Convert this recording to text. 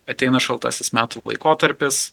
ateina šaltasis metų laikotarpis